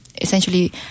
essentially